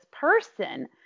person